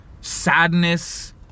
sadness